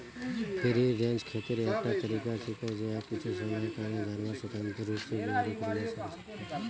free range खेतीर एकटा तरीका छिके जैछा कुछू समयर तने जानवर स्वतंत्र रूप स बहिरी घूमवा सख छ